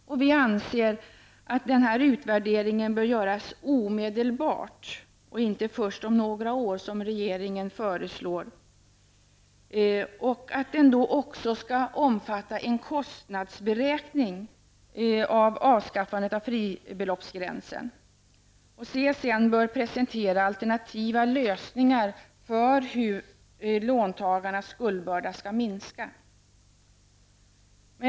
Vi anser att denna utvärdering bör göras omedelbart och inte först om några år som regeringen föreslår och att den även skall omfatta en beräkning av kostnaderna för avskaffandet av fribeloppsgränsen. CSN bör presentera alternativa lösningar av frågan hur låntagarnas skuldbörda skall kunna minskas.